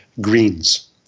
Greens